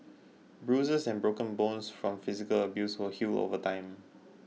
bruises and broken bones from physical abuse will heal over time